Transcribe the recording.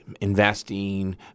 investing